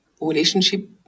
relationship